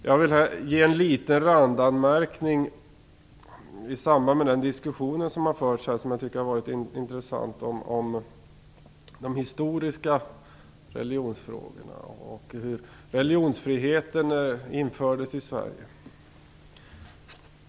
Jag vill göra en liten randanmärkning i samband med den intressanta diskussion som här har förts om religionsfrågorna i historiskt perspektiv och om hur religionsfriheten infördes i Sverige.